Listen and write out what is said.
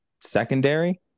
secondary—